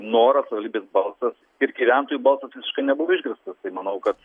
noras savivaldybės balsas ir gyventojų balsas visiškai nebuvo išgirstas tai manau kad